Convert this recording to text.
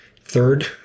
third